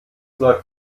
läuft